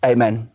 Amen